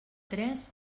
tres